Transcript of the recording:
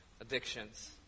addictions